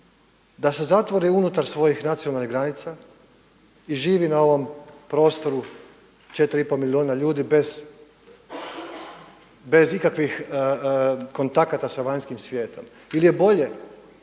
da se zatvori unutar svojih nacionalnih granica i živi na ovom prostoru 4 i pol milijuna ljudi bez ikakvih kontakata sa vanjskim svijetom ili je bolje